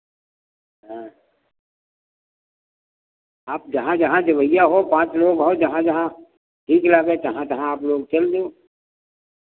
हाँ आप जहाँ जहाँ जवइया हो पाँच लोग हओ जहाँ जहाँ ठीक लागे तहाँ तहाँ आप लोग चल देओ